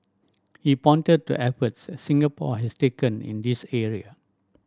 he pointed to efforts Singapore has taken in this area